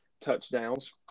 touchdowns